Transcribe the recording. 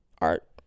art